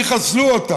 יחסלו אותם.